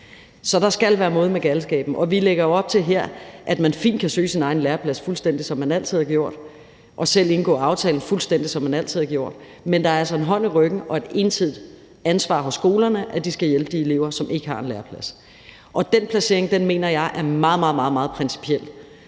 Så der skal være måde med galskaben, og vi lægger jo her op til, at man fint kan søge sin egen læreplads, fuldstændig som man altid har gjort, og selv indgå aftalen, fuldstændig som man altid har gjort, men der er altså en hånd i ryggen og et ensidigt ansvar hos skolerne for, at de skal hjælpe de elever, som ikke har en læreplads. Den placering mener jeg er meget, meget principiel,